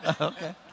Okay